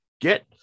get